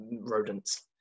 rodents